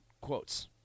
quotes